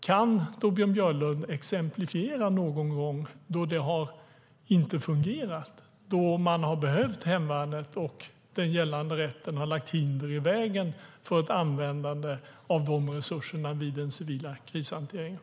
Kan Torbjörn Björlund exemplifiera någon gång då det inte har fungerat, då man har behövt hemvärnet och den gällande rätten har lagt hinder i vägen för ett användande av de resurserna i den civila krishanteringen.